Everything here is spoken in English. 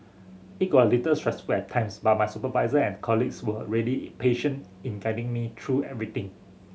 it got a little stressful at times but my supervisor and colleagues were really patient in guiding me through everything